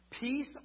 Peace